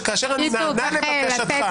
שכאשר אני נענה לבקשתך --- בקיצור,